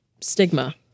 stigma